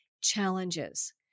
challenges